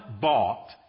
bought